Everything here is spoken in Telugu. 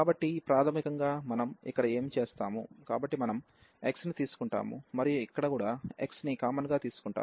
కాబట్టి ప్రాథమికంగా మనం ఇక్కడ ఏమి చేస్తాము కాబట్టి మనం x ను తీసుకుంటాము మరియు ఇక్కడ కూడా x ని కామన్ గా తీసుకుంటాము